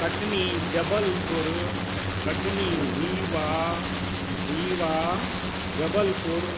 Katni Jabalpur Katni Rewa Rewa Jabalpur